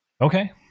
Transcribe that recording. Okay